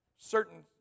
certain